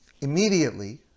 immediately